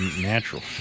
natural